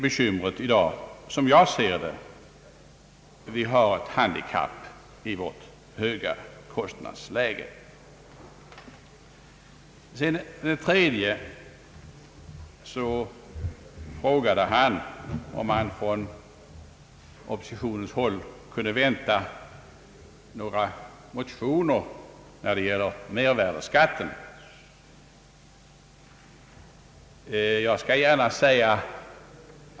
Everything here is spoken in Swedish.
Bekymret i dag, som jag ser det, är handikappat med vårt höga kostnadsläge. Det gäller att sanera vår samhällsekonomi. Det tar sin tid och fordrar krafttag. Herr Einar Eriksson frågade för det tredje om man från oppositionshåll kunde vänta några motioner i fråga om mervärdeskatten.